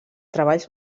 treballs